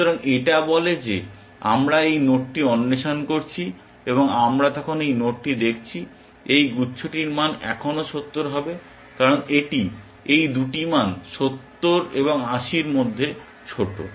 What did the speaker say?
সুতরাং এটা বলে যে আমরা এই নোডটি অন্বেষণ করছি এবং আমরা তখন এই নোডটি দেখছি এই গুচ্ছটির মান এখনও 70 হবে কারণ এটি এই দুটি মান 70 এবং 80 এর মধ্যে ছোট